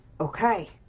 okay